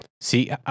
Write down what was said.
See